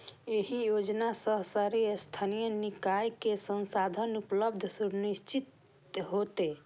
एहि योजना सं शहरी स्थानीय निकाय कें संसाधनक उपलब्धता सुनिश्चित हेतै